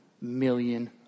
million